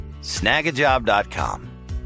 Snagajob.com